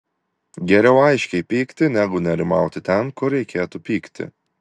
geriau aiškiai pykti negu nerimauti ten kur reikėtų pykti